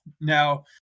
Now